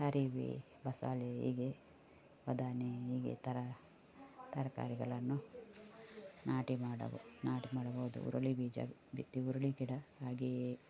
ಹರಿವೆ ಬಸಳೆ ಹೀಗೆ ಬದನೆ ಹೀಗೆ ಥರ ತರಕಾರಿಗಳನ್ನು ನಾಟಿ ಮಾಡಬ ನಾಟಿ ಮಾಡಬಹುದು ಹುರುಳಿ ಬೀಜ ಬಿತ್ತಿ ಹುರುಳಿ ಗಿಡ ಹಾಗೆಯೆ